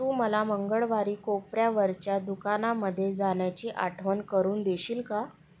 तू मला मंगळवारी कोपऱ्यावरच्या दुकानामध्ये जाण्याची आठवण करून देशील का